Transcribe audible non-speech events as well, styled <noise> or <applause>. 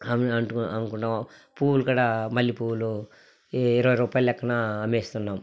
<unintelligible> అమ్ముకుంటాము పువ్వులు కూడా మల్లెపువ్వులు ఇ ఇరవై రూపాయలు లెక్కనా అమ్మేస్తున్నాం